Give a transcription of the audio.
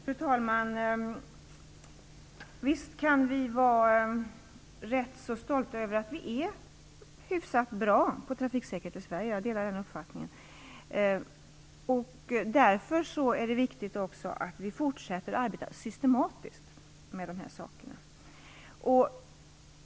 Fru talman! Visst kan vi vara rätt stolta över att vi i Sverige är hyfsat bra på trafiksäkerhet. Jag delar den uppfattningen. Av den anledningen är det också viktigt att vi fortsätter att arbeta systematiskt med de här sakerna.